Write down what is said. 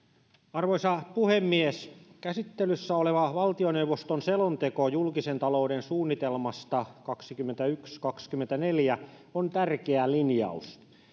arvoisa puhemies käsittelyssä oleva valtioneuvoston selonteko julkisen talouden suunnitelmasta kaksikymmentäyksi viiva kaksikymmentäneljä on tärkeä linjaus